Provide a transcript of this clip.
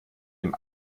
dem